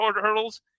hurdles